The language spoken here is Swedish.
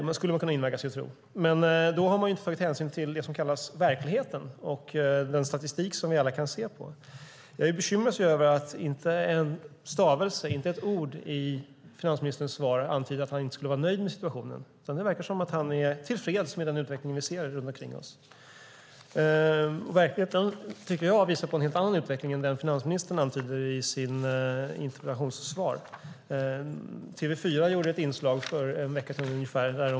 Det skulle man kunna invaggas i att tro. Men då har man inte tagit hänsyn till det som kallas verkligheten och den statistik som vi alla kan se på. Jag bekymras över att finansministern inte med en stavelse och inte med ett ord i sitt svar antyder att han inte skulle vara nöjd med situationen. Det verkar som att han är tillfreds med den utveckling som vi ser runt omkring oss. Verkligheten, tycker jag, visar på en helt annan utveckling än den finansministern antyder i sitt interpellationssvar.